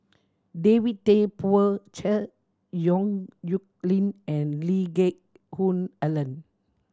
David Tay Poey Cher Yong Nyuk Lin and Lee Geck Hoon Ellen